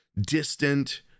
distant